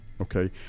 Okay